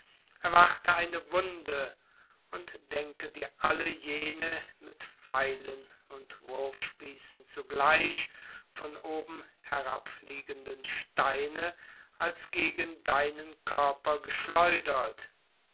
erwarte eine wunde und denke dir jene mit pfeilen und wurfspießen zugleich von oben herabfliegenden steine als gegen deinen körper geschleudert